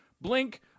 blink